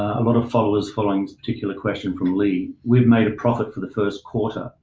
a lot of followers following a particular question from lee. we've made a profit for the first quarter.